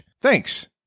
Thanks